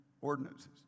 ordinances